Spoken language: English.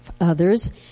others